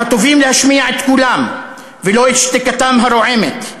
על הטובים להשמיע את קולם, ולא את שתיקתם הרועמת,